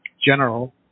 general